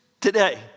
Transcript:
today